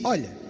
Olha